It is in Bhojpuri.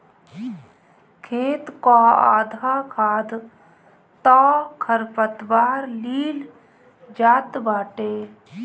खेत कअ आधा खाद तअ खरपतवार लील जात बाटे